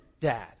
dad